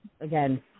again